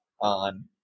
on